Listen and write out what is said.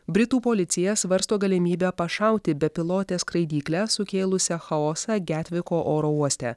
britų policija svarsto galimybę pašauti bepilotę skraidyklę sukėlusią chaosą getviko oro uoste